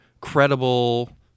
credible